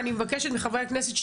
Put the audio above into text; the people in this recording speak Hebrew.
אני מבקשת מחברי הכנסת,